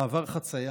מעבר חציה